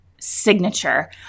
signature